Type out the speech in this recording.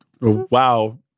wow